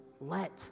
Let